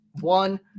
one